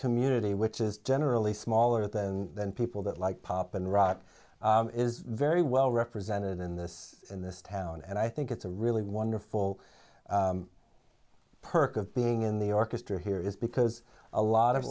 community which is generally smaller than than people that like pop and rock is very well represented in this in this town and i think it's a really wonderful perk of being in the orchestra here is because a lot of